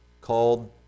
called